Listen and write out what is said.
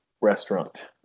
restaurant